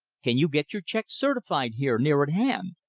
can you get your check certified here near at hand?